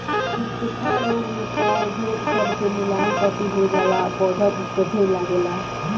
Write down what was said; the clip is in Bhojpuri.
उकठा रोग मे पौध सब के मुलायम पत्ती हो जाला आ पौधा उकठे लागेला